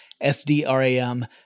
S-D-R-A-M